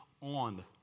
on